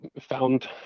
found